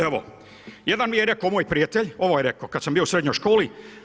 Evo jedan mi je rekao moj prijatelj, ovo je rekao kad sam bio u srednjoj školi.